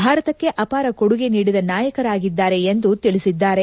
ಭಾರತಕ್ಕೆ ಅಪಾರ ಕೊಡುಗೆ ನೀಡಿದ ನಾಯಕರಾಗಿದ್ದಾರೆ ಎಂದು ತಿಳಿಸಿದ್ದಾರೆ